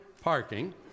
parking